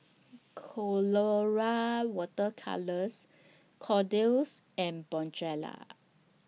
Colora Water Colours Kordel's and Bonjela